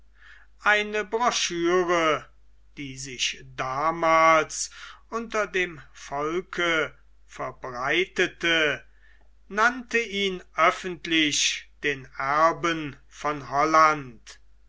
eine broschüre die sich damals unter dem volke verbreitete nannte ihn öffentlich den erben von holland